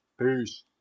Peace